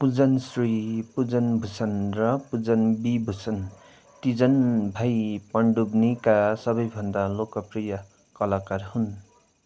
पजुनश्री पजुनभूषण र पजुनविभूषण तिनजना भाइ पण्डुप्नीका सबैभन्दा लोकप्रिय कलाकार हुन्